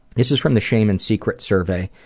this is from the shame and secret survey.